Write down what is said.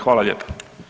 Hvala lijepa.